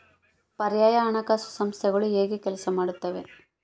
ಪರ್ಯಾಯ ಹಣಕಾಸು ಸಂಸ್ಥೆಗಳು ಹೇಗೆ ಕೆಲಸ ಮಾಡುತ್ತವೆ?